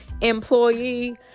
employee